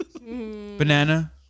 Banana